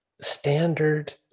standard